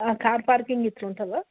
car parking ఇట్ల ఉంటుందా